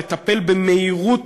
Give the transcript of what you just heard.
לטפל במהירות